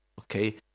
okay